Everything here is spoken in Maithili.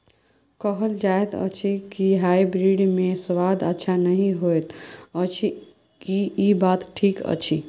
कहल जायत अछि की हाइब्रिड मे स्वाद अच्छा नही होयत अछि, की इ बात ठीक अछि?